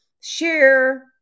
share